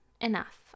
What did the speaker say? enough